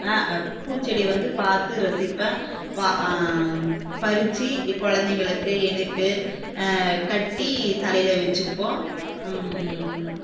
பூச்செடி வந்து பார்த்து ரசிப்பேன் பறிச்சு கொழந்தைங்களுக்கு எனக்கு கட்டி தலையில் வைச்சுப்போம்